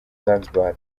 zanzibar